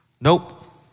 Nope